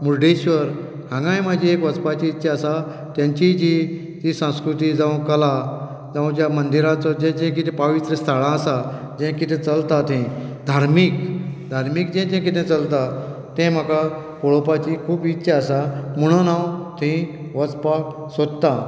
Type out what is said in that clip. मुर्डेेश्वर हांगाय म्हाका वचपाची इत्सा आसा तांची जी सांस्कृती जावं कला जावं मंदिराचो जे जे कितें पवित्र स्थळां आसात जें कितें चलता थंय धार्मीक धार्मीक जें जें कितें चलता तें म्हाका पळोवपाची खूब इत्सा आसा म्हणून हांव थंय वचपाक सोदतां